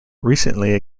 recently